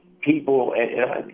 people –